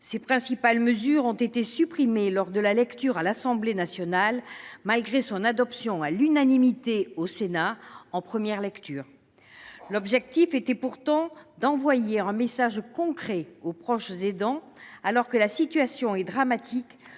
ses principales mesures ayant été supprimées lors de la lecture à l'Assemblée nationale, malgré son adoption à l'unanimité au Sénat en première lecture. L'objectif était pourtant d'envoyer un message concret aux proches aidants, alors que la situation est dramatique